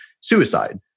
Suicide